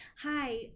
Hi